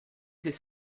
c’est